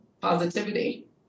positivity